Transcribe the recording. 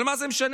אבל מה זה משנה?